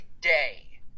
day